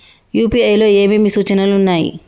UPI లో ఏమేమి సూచనలు ఉన్నాయి?